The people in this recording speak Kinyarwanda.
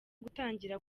gutangira